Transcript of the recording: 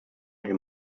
him